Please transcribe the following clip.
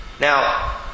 Now